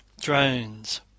Drones